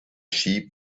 sheep